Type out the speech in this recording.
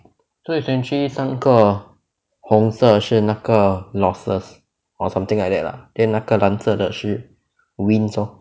so essentially 三个红色是那个 losses or something like that lah then 那个蓝色的是 wins orh